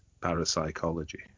parapsychology